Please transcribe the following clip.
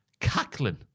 cackling